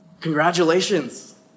congratulations